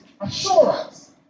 assurance